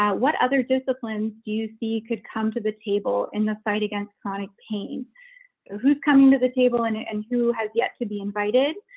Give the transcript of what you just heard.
ah what other disciplines do you see could come to the table in the fight against chronic pain who's coming to the table and ah and who has yet to be invited.